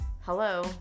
hello